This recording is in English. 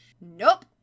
Nope